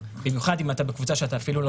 במיוחד אם אתה בקבוצה שאתה אפילו לא